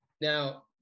Now